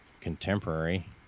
Contemporary